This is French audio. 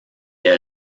est